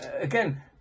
again